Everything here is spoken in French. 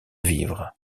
vivres